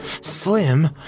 Slim